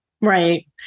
Right